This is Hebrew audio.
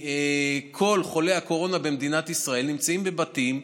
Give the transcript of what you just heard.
מכל חולי הקורונה במדינת ישראל נמצאים בבתים,